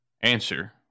Answer